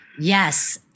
Yes